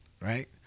right